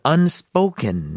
Unspoken